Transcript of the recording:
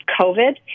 COVID